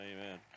amen